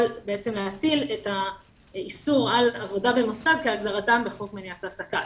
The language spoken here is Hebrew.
יכול להטיל את האיסור על עבודה במוסד כהגדרתם בחוק מניעת העסקה,